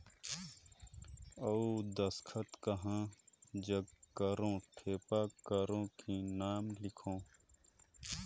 अउ दस्खत कहा जग करो ठेपा करो कि नाम लिखो?